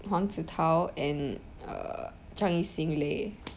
huang zitao and err zhang yixing lay